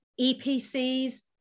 EPCs